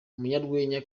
umunyarwenya